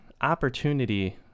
opportunity